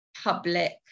public